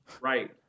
right